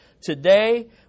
Today